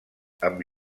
amb